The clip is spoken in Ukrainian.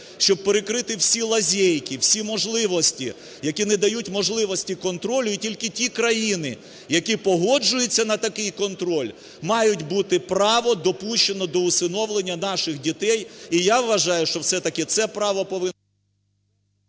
щоб перекрити всі лазейки, всі можливості, які не дають можливості контролю. І тільки ті країни, які погоджуються на такий контроль, мають бути право допущено до усиновлення наших дітей. І я вважаю, що все-таки це право…